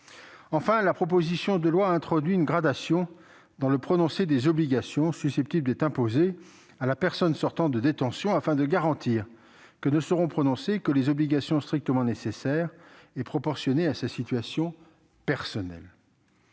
enfin, la proposition de loi introduit une gradation dans le prononcé des obligations susceptibles d'être imposées à la personne sortant de détention, afin de garantir que ne seront prononcées que des obligations strictement nécessaires et proportionnées à sa situation personnelle.